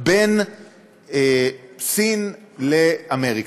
בין סין לאמריקה.